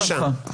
צא בבקשה.